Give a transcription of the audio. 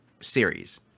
series